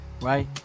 right